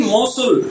Mosul